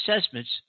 assessments